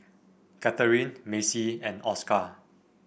Katherine Macy and Oscar